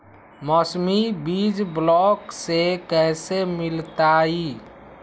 मौसमी बीज ब्लॉक से कैसे मिलताई?